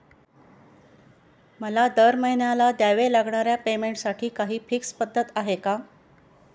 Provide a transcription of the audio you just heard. मला दरमहिन्याला द्यावे लागणाऱ्या पेमेंटसाठी काही फिक्स पद्धत आहे का?